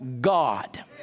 God